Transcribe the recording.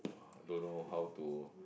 !wah! don't know how to